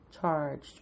charged